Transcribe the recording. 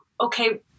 okay